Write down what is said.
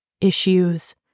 issues